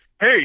Hey